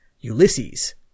Ulysses